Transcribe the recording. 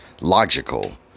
logical